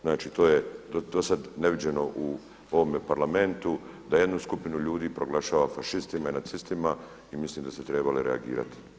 Znači to je do sad neviđeno u ovome Parlamentu, da jednu skupinu ljudi proglašava fašistima i nacistima i mislim da ste trebali reagirati.